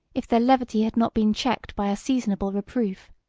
if their levity had not been checked by a seasonable reproof.